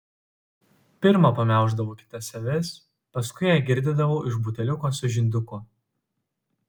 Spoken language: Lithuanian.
pirma pamelždavau kitas avis paskui ją girdydavau iš buteliuko su žinduku